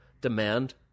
demand